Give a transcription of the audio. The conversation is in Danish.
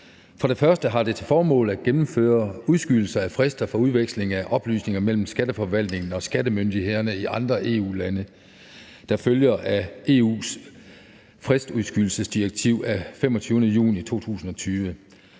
For det første har det til formål at gennemføre en udskydelse af frister for udveksling af oplysninger mellem skatteforvaltningen og skattemyndighederne i andre EU-lande, der følger af EU's fristudskydelsesdirektiv af 25. juni 2020.